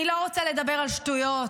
אני לא רוצה לדבר על שטויות,